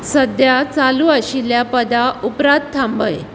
सद्या चालू आशिल्ल्या पदा उपरांत थांबय